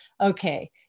okay